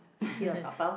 eat here or dabao